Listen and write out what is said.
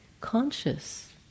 conscious